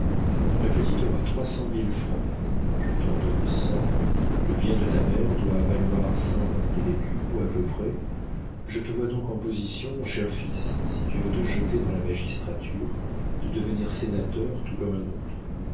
la petite aura trois cent mille francs je t'en donne cent le bien de ta mère doit valoir cinquante mille écus ou à peu près je te vois donc en position mon cher fils si tu veux te jeter dans la magistrature de devenir sénateur tout comme un autre